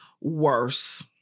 worse